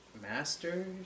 Master